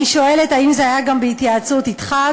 אני שואלת האם זה היה גם בהתייעצות אתך,